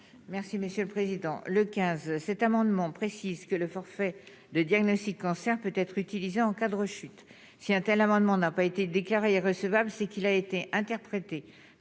Merci monsieur le président, le 15, cet amendement précise que le forfait de diagnostic cancer peut être utilisé en cas de rechute si untel amendement n'a pas été déclarée, c'est qu'il a été interprété